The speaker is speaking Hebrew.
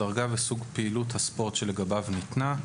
הדרגה וסוג פעילות הספורט שלגביו ניתנה.